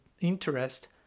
interest